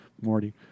Morty